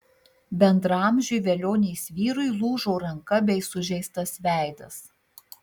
bendraamžiui velionės vyrui lūžo ranka bei sužeistas veidas